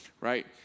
right